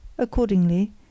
accordingly